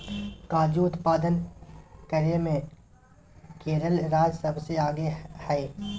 काजू उत्पादन करे मे केरल राज्य सबसे आगे हय